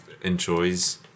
enjoys